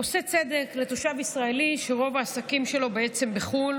עושה צדק לתושב ישראלי שרוב העסקים שלו בחו"ל